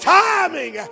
timing